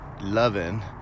Loving